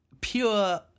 pure